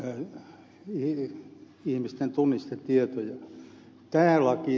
tämä laki rajoittaa sitä